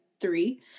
three